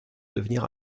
devenir